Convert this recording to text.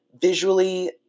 visually